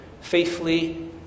faithfully